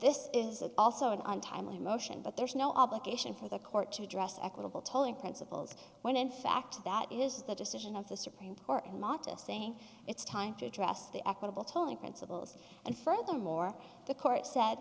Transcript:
this is also an untimely motion but there is no obligation for the court to address equitable tolling principles when in fact that is the decision of the supreme court in ma to saying it's time to address the equitable tolling principles and furthermore the court said